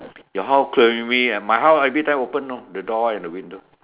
your house my house everytime open you know the door and the window